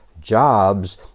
jobs